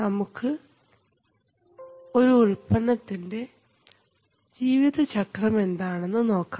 നമുക്ക് ഒരു ഉൽപ്പന്നത്തിൻറെ ജീവിതചക്രം എന്താണെന്നു നോക്കാം